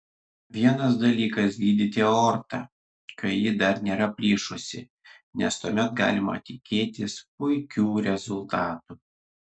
vienas dalykas gydyti aortą kai ji dar nėra plyšusi nes tuomet galima tikėtis puikių rezultatų